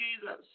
Jesus